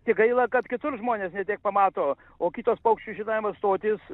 tik gaila kad kitur žmonės ne tiek pamato o kitos paukščių žiedavimo stotys